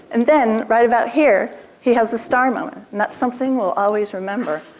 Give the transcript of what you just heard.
and then, right about here, he has the star moment and that something we'll always remember.